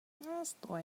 estoy